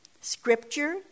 Scripture